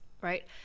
right